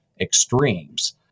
extremes